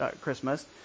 Christmas